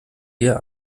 ihr